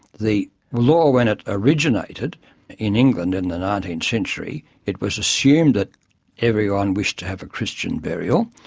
the law when it originated in england in the nineteenth century, it was assumed that everyone wished to have a christian burial.